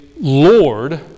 Lord